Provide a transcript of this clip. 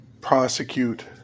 prosecute